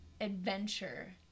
adventure